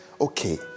okay